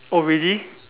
oh really